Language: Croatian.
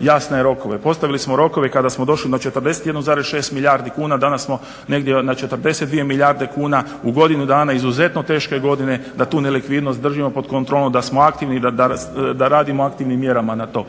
jasne rokove. Postavili smo rokove kada smo došli na 41,6 milijardi kuna, danas smo negdje na 42 milijarde kuna u godinu dana u izuzetno teške godine da tu nelikvidnost držimo pod kontrolom, da smo aktivni, da radimo aktivnim mjerama na to.